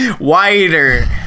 wider